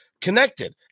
connected